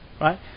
right